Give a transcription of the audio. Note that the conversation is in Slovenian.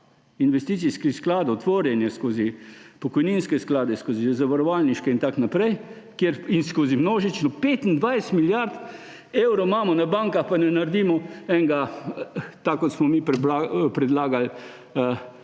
investicijskih skladov, tvorjenje skozi pokojninske sklade, skozi zavarovalniške in tako naprej in skozi množično … 25 milijard evrov imamo na bankah, pa ne naredimo enega, tako kot smo mi predlagali,